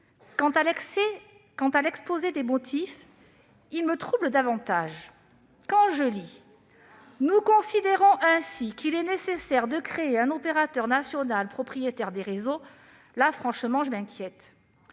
Quant à l'exposé des motifs, il me trouble davantage. Quand je lis :« Nous considérons ainsi qu'il est nécessaire de créer un opérateur national, propriétaire des réseaux », franchement, je m'inquiète.